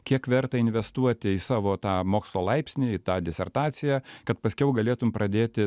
kiek verta investuoti į savo tą mokslo laipsnį į tą disertaciją kad paskiau galėtum pradėti